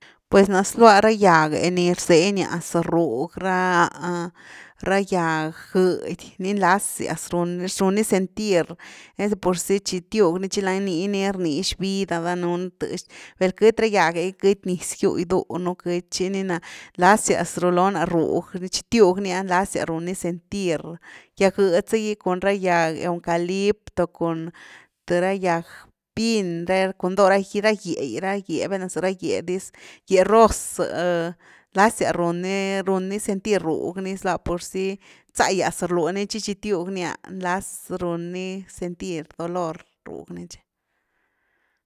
Pues na zlua ra gyag’e ni rzenias rug, ra – ra gyag gëdy, ni nlazyas run ni run ni sentir pur sy tchi tiug ni tchi lani ni rnix vida danuun, vel queity ra gyag’e gy queity niz giu giduunu, queity, tchi ni na nlasias ruloo na rug ni tchi tiug ni ah nlasias runi sentír, gyag gëdy za gy cun ra gyag eucalipto cun th ra gyag pin’re cun doo’ra ra gyé’gi ra gye, valna za ra gyé diz, gýe ros së’ nlasias run ni sentir rug ni zlua purzy nzagyas rluë ni tchi tchi tiug ni nlaz run ni sentir dolor rug ni tchi.